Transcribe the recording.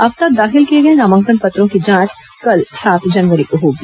अब तक दाखिल किए गए नामांकन पत्रों की जांच कल सात जनवरी को होगी